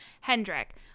Hendrick